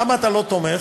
למה אתה לא תומך?